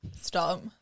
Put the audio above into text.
Stop